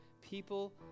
people